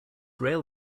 rail